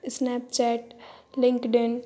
Snapchat LinkedIn